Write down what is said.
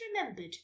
remembered